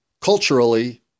culturally